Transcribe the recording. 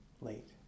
late